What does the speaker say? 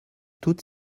toute